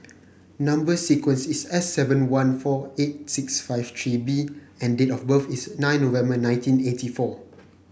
number sequence is S seven one four eight six five three B and date of birth is nine November nineteen eighty four